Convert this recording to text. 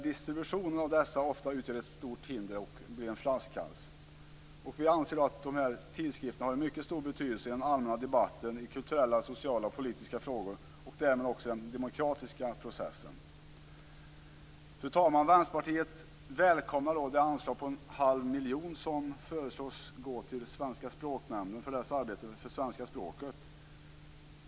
Distributionen av dessa utgör ofta ett stort hinder och blir en flaskhals. Vi anser att dessa tidskrifter har en mycket stor betydelse i den allmänna debatten i kulturella, sociala och politiska frågor och därmed också i den demokratiska processen. Fru talman! Vänsterpartiet välkomnar det anslag på en halv miljon som föreslås gå till Svenska språknämnden för dess arbete för svenska språket.